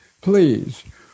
please